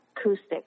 acoustic